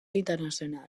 internacional